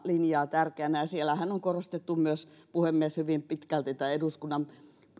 linjaa tärkeänä siellähän on myös korostettu puhemies hyvin pitkälti eduskunnan